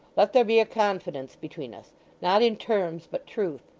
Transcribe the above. let there be a confidence between us not in terms, but truth.